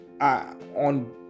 on